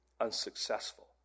unsuccessful